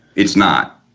it's not.